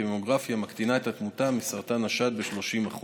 ממוגרפיה מקטינה את התמותה מסרטן השד ב-30%,